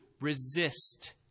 resist